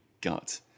gut